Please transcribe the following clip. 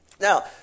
Now